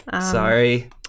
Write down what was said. Sorry